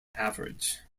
average